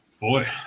Boy